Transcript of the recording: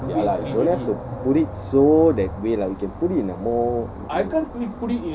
ya lah don't have to put it so that way lah you can put it in a more